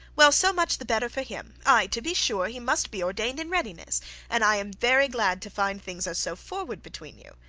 well, so much the better for him. ay, to be sure, he must be ordained in readiness and i am very glad to find things are so forward between you.